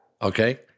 Okay